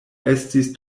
estis